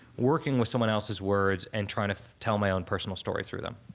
working with someone else's words and trying to tell my own personal story through them.